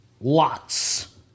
Lots